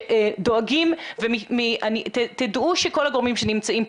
שדואגים ותדעו שכל הגורמים שנמצאים פה